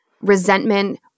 resentment